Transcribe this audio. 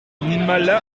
mala